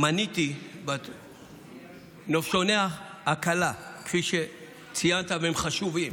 מניתי נופשוני הקלה, כפי שציינת, והם חשובים,